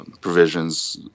provisions